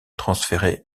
transférée